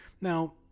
Now